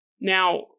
Now